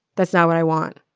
that's not what i want.